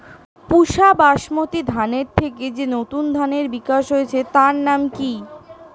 পুসা বাসমতি ধানের থেকে যে নতুন ধানের বিকাশ হয়েছে তার নাম কি?